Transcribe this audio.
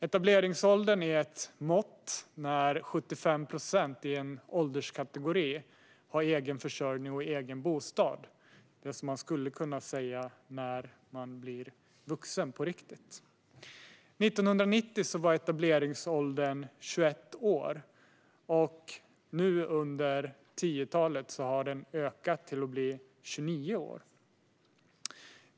Etableringsåldern är ett mått och innebär att 75 procent i en ålderskategori har egen försörjning och egen bostad - det man skulle kunna säga innebär att någon är vuxen på riktigt. År 1990 var etableringsåldern 21 år, och nu under 10-talet har den ökat till 29 år.